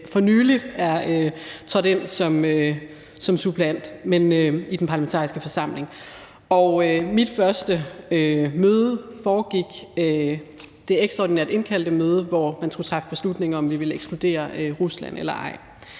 for nylig er trådt ind som suppleant i Den Parlamentariske Forsamling. Mit første møde var det ekstraordinært indkaldte møde, hvor man skulle træffe beslutning om, om vi ville ekskludere Rusland eller ej.